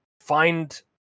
find